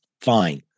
Fine